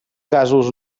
gasos